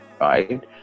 right